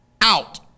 out